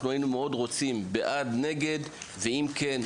אנחנו היינו מאוד רוצים בעד נגד ואם כן,